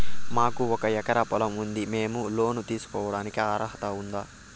మాకు ఒక ఎకరా పొలం ఉంది మేము లోను తీసుకోడానికి అర్హత ఉందా